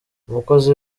umukozi